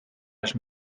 els